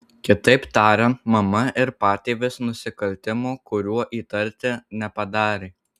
kitaip tariant mama ir patėvis nusikaltimo kuriuo įtarti nepadarė